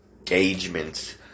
Engagements